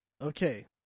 Okay